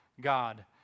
God